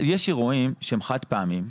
יש אירועים שהם חד פעמיים,